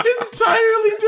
entirely